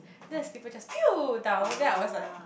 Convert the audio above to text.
then the slipper just pew down then I was like